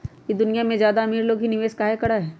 ई दुनिया में ज्यादा अमीर लोग ही निवेस काहे करई?